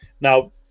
now